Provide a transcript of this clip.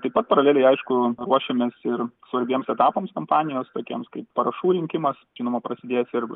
taip pat paraleliai aišku ruošiamės ir solidiems etapams kampanijos tokiems kaip parašų rinkimas žinoma prasidės ir